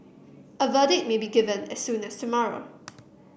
a verdict may be given as soon as tomorrow